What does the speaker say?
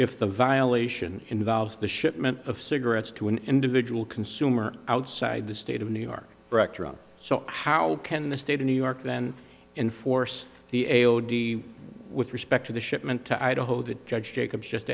if the violation involves the shipment of cigarettes to an individual consumer outside the state of new york so how can the state of new york then enforce the a o d with respect to the shipment to idaho that judge jacobs just